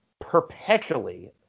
perpetually